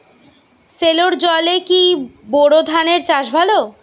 সেলোর জলে কি বোর ধানের চাষ ভালো?